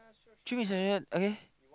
treat me Saizeriya okay